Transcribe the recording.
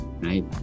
right